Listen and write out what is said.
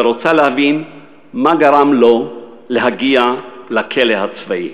ורוצה להבין מה גרם לו להגיע לכלא הצבאי.